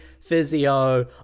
physio